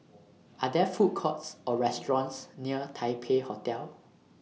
Are There Food Courts Or restaurants near Taipei Hotel